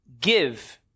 give